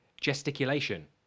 gesticulation